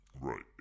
Right